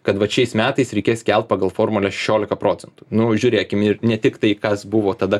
kad va šiais metais reikės kelt pagal formulę šešiolika procentų nu žiūrėkim ir ne tik tai kas buvo tada